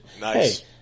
Nice